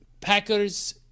Packers